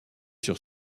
sur